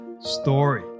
story